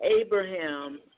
Abraham